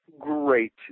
great